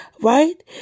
right